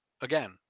again